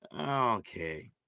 Okay